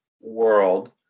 world